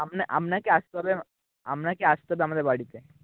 আপনাকে আসতে হবে আপনাকে আসতে হবে আমাদের বাড়িতে